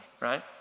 right